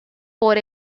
por